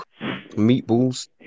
meatballs